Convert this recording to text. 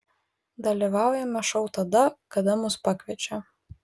dalyvaujame šou tada kada mus pakviečia